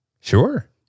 Sure